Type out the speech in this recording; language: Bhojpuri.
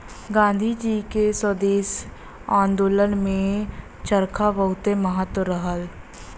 गांधी जी के स्वदेशी आन्दोलन में चरखा बहुते महत्व रहल